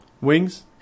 Wings